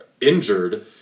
injured